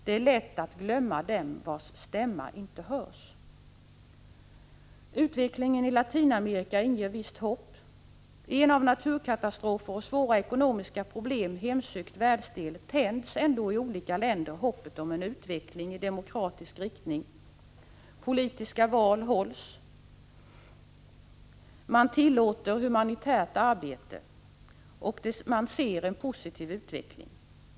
Det är lätt att glömma dem vars stämma inte hörs. Utvecklingen i Latinamerika inger visst hopp. I en av naturkatastrofer och svåra ekonomiska problem hemsökt världsdel tänds ändå i olika länder hoppet om en utveckling i demokratisk riktning — politiska val hålls, man tillåter humanitärt arbete, och man ser en positiv utveckling.